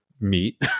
meat